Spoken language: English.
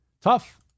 tough